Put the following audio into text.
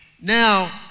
Now